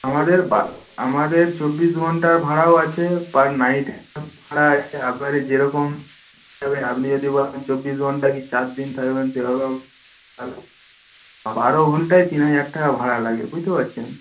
আমাদের আমাদের চব্বিশ ঘণ্টার ভাড়াও আছে পার নাইট ভাড়া আছে আপনাদের যেরকম আপনি যদি বলেন চব্বিশ ঘণ্টা কী চার দিন থাকবেন সেভাবেও বারো ঘন্টায় তিন হাজার টাকা ভাড়া লাগে বুঝতে পারছেন